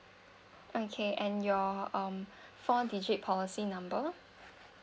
okay and your um four digit policy number